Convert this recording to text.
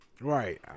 Right